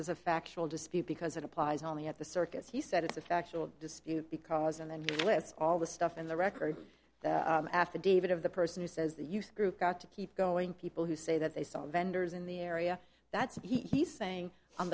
is a factual dispute because it applies only at the circus he said it's a factual dispute because and then he lists all the stuff in the record the affidavit of the person who says the youth group got to keep going people who say that they saw vendors in the area that's what he's saying on